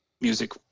music